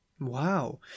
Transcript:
Wow